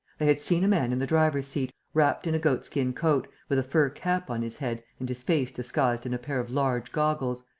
they had seen a man in the driver's seat, wrapped in a goat-skin coat, with a fur cap on his head and his face disguised in a pair of large goggles,